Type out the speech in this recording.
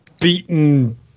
Beaten